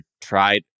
tried